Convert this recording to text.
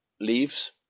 leaves